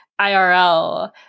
IRL